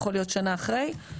יכול להיות שנה אחרי,